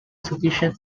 sufficient